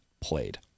played